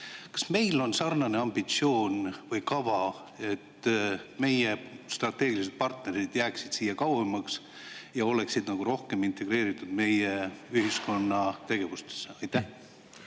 Kas meil on sarnane ambitsioon või kava, et meie strateegilised partnerid jääksid siia kauemaks ja oleksid nagu rohkem integreeritud meie ühiskonna tegevustesse?